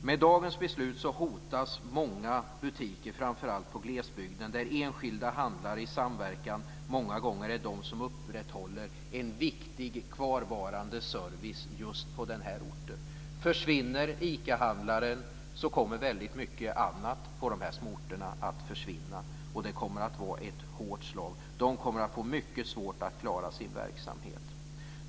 Med dagens beslut hotas många butiker, framför allt i glesbygden, där enskilda handlare i samverkan många gånger är de som upprätthåller en viktig kvarvarande service just på en viss ort. Försvinner ICA-handlaren så kommer väldigt mycket annat på de här små orterna att försvinna, och det kommer att bli ett hårt slag. Handlarna kommer att få mycket svårt att klara sin verksamhet.